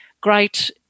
Great